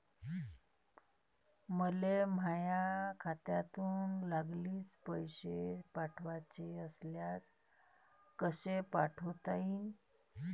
मले माह्या खात्यातून लागलीच पैसे पाठवाचे असल्यास कसे पाठोता यीन?